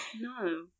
no